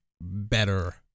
better